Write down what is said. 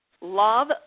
Love